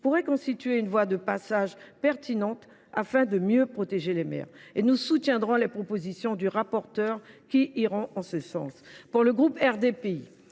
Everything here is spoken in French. pourrait constituer une voie de passage pertinente, afin de mieux protéger les maires. Nous soutiendrons les propositions du rapporteur qui iront en ce sens. Pour le groupe RDPI,